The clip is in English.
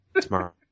tomorrow